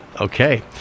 Okay